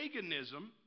paganism